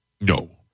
No